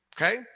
Okay